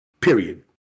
Period